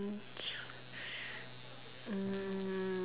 mm